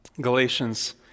Galatians